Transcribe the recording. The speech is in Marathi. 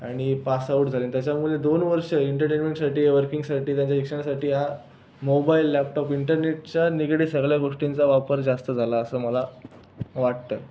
आणि पास आउट झाले आणि त्याच्यामुळे दोन वर्ष इंटरटेनमेंटसाठी वर्किंगसाठी त्यांच्या शिक्षणासाठी हा मोबाइल लॅपटॉप इंटरनेटच्या निगडीत सगळ्या गोष्टींचा वापर जास्त झाला असं मला वाटतं